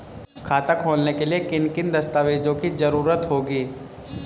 खाता खोलने के लिए किन किन दस्तावेजों की जरूरत होगी?